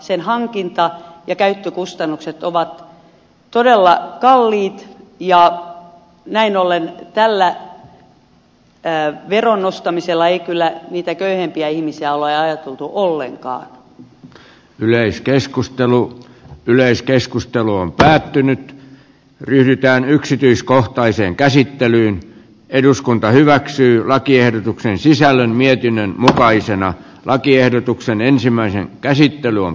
sen hankinta ja käyttökustannukset ovat todella kalliit ja näin ollen tällä veron nostamisella ei kyllä niitä köyhempiä ihmisiä olla ajateltu ollenkaan yleiskeskustelu yleiskeskustelua on päätynyt ryhdytään yksityiskohtaiseen käsittelyyn eduskunta hyväksyi lakiehdotuksen sisällön mietinnön mukaisena lakiehdotuksen ensimmäinen käsittely on